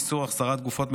איסור החזרת גופות מחבלים),